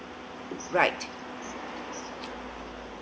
right